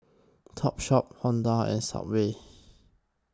Topshop Honda and Subway